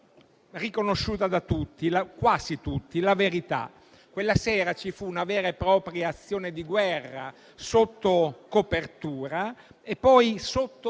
riconosciuta da tutti (o quasi tutti) come la verità. Quella sera ci fu una vera e propria azione di guerra sotto copertura e poi sotto